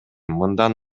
мындан